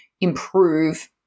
improve